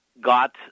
got